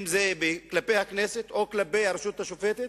אם כלפי הכנסת ואם כלפי הרשות השופטת,